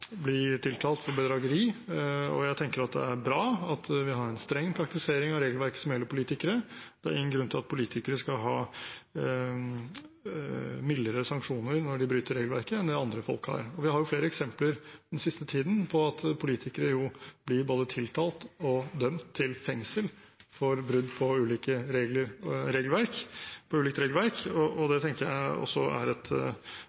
tiltalt for bedrageri. Jeg tenker at det er bra at vi har en streng praktisering av regelverket som gjelder politikere. Det er ingen grunn til at politikere skal ha mildere sanksjoner når de bryter regelverket, enn det andre folk har. Vi har hatt flere eksempler den siste tiden på at politikere blir både tiltalt og dømt til fengsel for brudd på ulike regelverk,